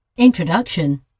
INTRODUCTION